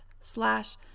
slash